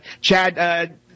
Chad